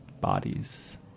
bodies